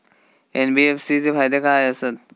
NBFC चे फायदे खाय आसत?